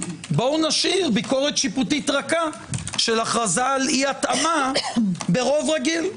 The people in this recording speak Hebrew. בואו נשאיר ביקורת שיפוטית רכה של הכרזה על אי התאמה ברוב רגיל.